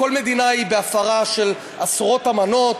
כל מדינה היא בהפרה של עשרות אמנות,